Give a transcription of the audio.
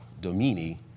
domini